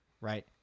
right